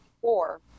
four